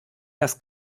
das